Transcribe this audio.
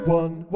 one